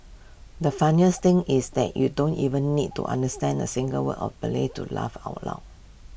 the funniest thing is that you don't even need to understand A single word of Malay to laugh out loud